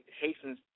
hastens